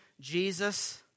Jesus